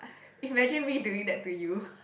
imagine me doing that to you